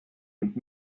mit